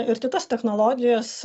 ir kitos technologijos